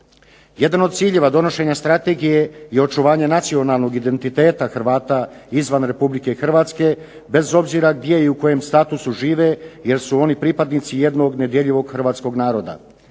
Jedan od ciljeva donošenja strategije je očuvanje nacionalnog identiteta Hrvata izvan Republike Hrvatske, bez obzira i gdje u kojem statusu žive jer su oni pripadnici jednog nedjeljivog Hrvatskog naroda.